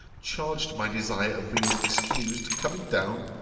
charged my desire of being excused coming down,